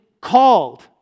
called